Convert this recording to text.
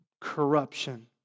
corruption